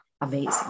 amazing